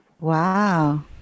Wow